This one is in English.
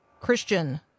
Christian